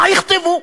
מה יכתבו?